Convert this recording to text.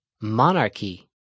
Monarchy